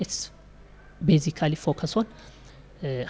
it's basically focus what